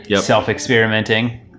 self-experimenting